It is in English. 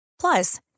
Plus